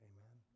Amen